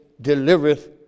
delivereth